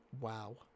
Wow